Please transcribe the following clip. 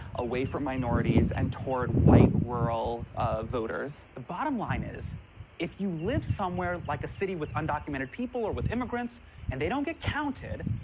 away for minorities and toward white rural voters. the bottom line is if you live somewhere, like a city with undocumented people or with immigrants and they don't get counted,